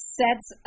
sets